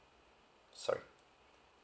sorry